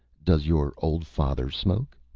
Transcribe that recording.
does your old father smoke?